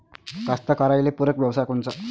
कास्तकाराइले पूरक व्यवसाय कोनचा?